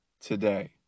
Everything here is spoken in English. today